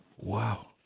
Wow